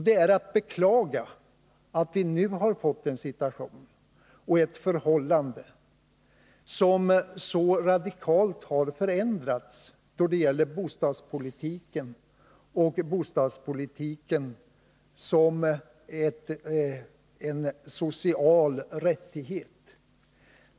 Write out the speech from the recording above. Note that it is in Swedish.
Det är att beklaga att vi nu har fått en situation och ett förhållande som är så radikalt förändrat då det gäller bostadspolitiken och bostaden som en social rättighet.